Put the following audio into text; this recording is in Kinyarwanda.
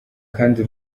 kandi